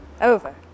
Over